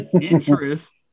Interest